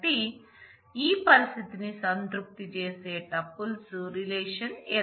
కాబట్టి ఈ పరిస్థితిని సంతృప్తి చేసే టపుల్స్ రిలేషన్